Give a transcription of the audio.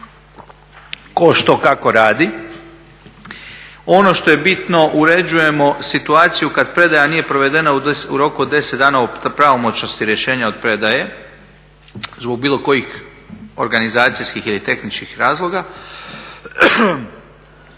tko što kako radi. Ono što je bitno uređujemo situaciju kada predaja nije provedena u roku od 10 dana od pravomoćnosti rješenja od predaje zbog bilo kojih organizacijskih ili tehničkih razloga.